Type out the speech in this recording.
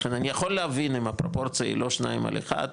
לכן אני יכול להבין אם הפרופורציה היא לא שניים על אחד,